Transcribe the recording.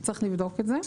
יש לבדוק את זה.